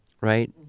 right